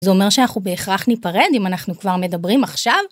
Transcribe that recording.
זה אומר שאנחנו בהכרח ניפרד אם אנחנו כבר מדברים עכשיו?